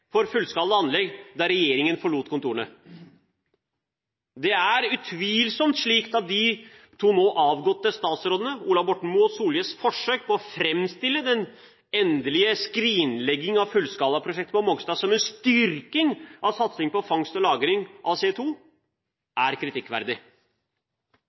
for fullskala anlegg da regjeringen forlot kontorene. Det er utvilsomt slik at de to nå avgåtte statsrådene Ola Borten Moe og Solhjells forsøk på å framstille den endelige skrinleggingen av fullskalaanlegget på Mongstad som en styrking av satsingen på fangst og lagring av